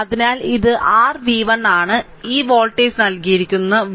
അതിനാൽ ഇത് r v1 ആണ് ഈ വോൾട്ടേജ് നൽകിയിരിക്കുന്നു v